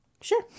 Sure